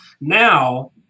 Now